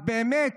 אז באמת,